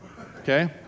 Okay